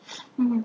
mm